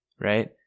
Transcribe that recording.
Right